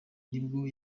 nibwo